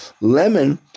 lemon